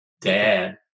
dad